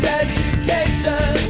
education